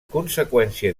conseqüència